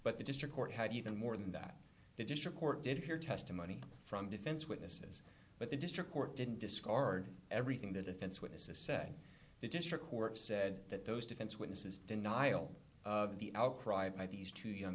but the district court had even more than that the district court did hear testimony from defense witnesses but the district court didn't discard everything the defense witnesses said the district court said that those defense witnesses denial of the outcry by these two young